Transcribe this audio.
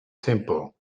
simple